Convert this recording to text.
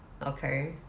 okay